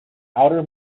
outer